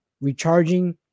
recharging